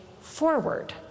forward